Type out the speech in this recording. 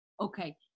Okay